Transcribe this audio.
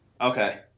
Okay